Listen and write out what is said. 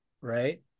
right